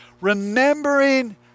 remembering